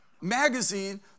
magazine